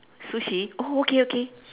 sushi oh okay okay